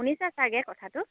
শুনিছা ছাগে কথাটো